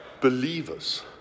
believers